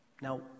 Now